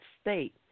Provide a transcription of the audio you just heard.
state